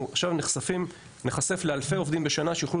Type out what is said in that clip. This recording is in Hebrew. אנחנו עכשיו ניחשף לאלפי עובדים בשנה שיוכלו